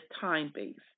time-based